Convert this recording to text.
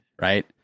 right